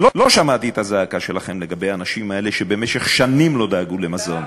לא שמעתי את הזעקה שלכם לגבי האנשים האלה שבמשך שנים לא דאגו למזון.